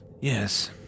Yes